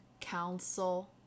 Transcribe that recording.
council